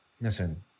listen